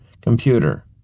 Computer